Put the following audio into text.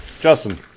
Justin